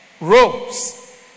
robes